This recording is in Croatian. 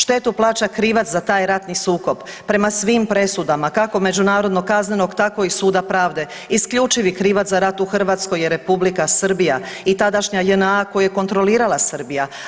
Štetu plaća krivac za taj ratni sukob prema svim presudama kako Međunarodnog kaznenog tako i Suda pravde isključivi krivac za rat u Hrvatskoj je Republika Srbija i tadašnja JNA koju je kontrolirala Srbija.